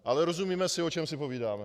Ale rozumíme si, o čem si povídáme.